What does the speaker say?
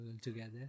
together